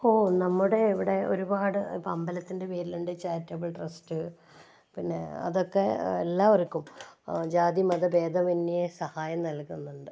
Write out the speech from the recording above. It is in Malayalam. ഇപ്പോൾ നമ്മുടെ ഇവിടെ ഒരുപാട് ഇപ്പം അമ്പലത്തിൻ്റെ പേരിലുണ്ട് ചാരിറ്റബിൾ ട്രസ്റ്റ് പിന്നെ അതൊക്കെ എല്ലാവർക്കും ജാതി മത ഭേദമന്യേ സഹായം നൽകുന്നുണ്ട്